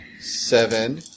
seven